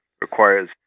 requires